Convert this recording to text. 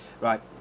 Right